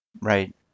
Right